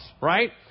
right